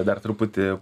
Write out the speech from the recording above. dar truputį